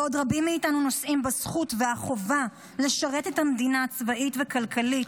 בעוד רבים מאיתנו נושאים בזכות ובחובה לשרת את המדינה צבאית וכלכלית,